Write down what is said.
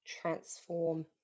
transform